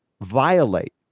violate